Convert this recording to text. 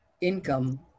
income